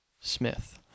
Smith